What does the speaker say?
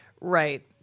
Right